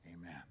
Amen